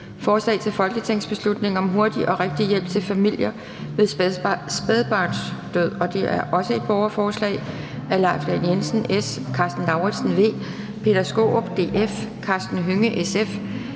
Forslag til folketingsbeslutning om hurtig og rigtig hjælp til familier ved spædbarnsdød (borgerforslag). Af Leif Lahn Jensen (S), Karsten Lauritzen (V), Peter Skaarup (DF), Karsten Hønge